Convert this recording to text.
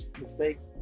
mistakes